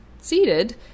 seated